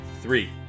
three